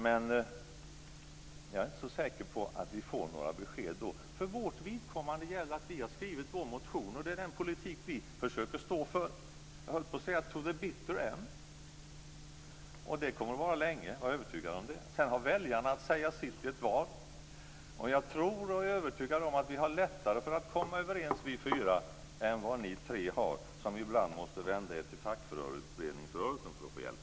Men jag är inte så säker på att vi får några besked. För vårt vidkommande gäller att vi har skrivit vår motion. Det är den politik som vi försöker stå för to the bitter end, höll jag på att säga. Jag är övertygad om att den kommer att vara länge. Sedan har väljarna att säga sitt i ett val. Och jag är övertygad om att vi fyra har lättare för att komma överens än vad ni tre har som ibland måste vända er till fackföreningsrörelsen för att få hjälp.